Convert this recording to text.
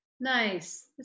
Nice